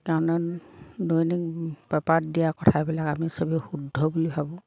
কাৰণ দৈনিক পেপাৰত দিয়া কথাবিলাক আমি চবেই শুদ্ধ বুলি ভাবোঁ